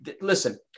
listen